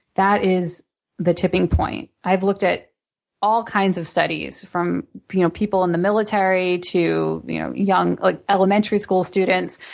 that is the tipping point. i've looked at all kinds of studies from you know people in the military to you know ah elementary school students.